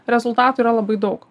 rezultatų yra labai daug